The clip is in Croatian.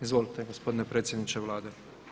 Izvolite gospodine predsjedniče Vlade.